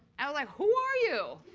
i was like, who are you?